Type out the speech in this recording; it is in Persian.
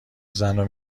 زنو